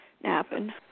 Napping